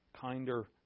kinder